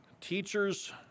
teachers